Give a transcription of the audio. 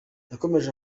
yakomeje